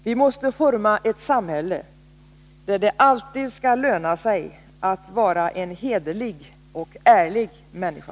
Vi måste forma ett samhälle där det alltid skall löna sig att vara en hederlig och ärlig människa.